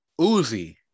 Uzi